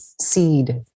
seed